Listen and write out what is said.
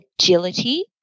agility